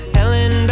Helen